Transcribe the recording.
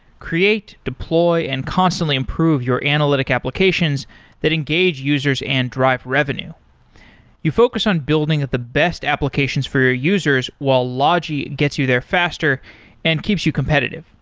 create, deploy and constantly improve your analytic applications that engage users and drive revenue you focus on building at the best applications for your users, while logi gets you there faster and keeps you competitive.